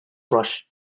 rush